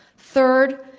third,